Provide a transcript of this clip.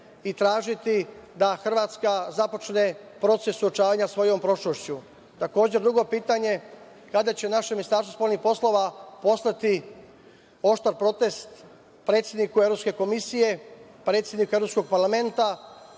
i tražiti da Hrvatska započne proces suočavanja sa svojom prošlošću? Takođe, drugo pitanje – kada će naše Ministarstvo spoljnih poslova poslati oštar protest predsedniku Evropske komisije,